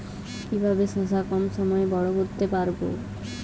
কিভাবে শশা কম সময়ে বড় করতে পারব?